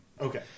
Okay